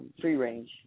free-range